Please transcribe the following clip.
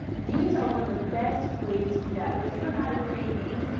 memes are one of the best ways to do that but if you don't know how to create memes,